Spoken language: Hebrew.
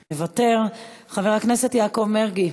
מוותר, חבר הכנסת יעקב מרגי,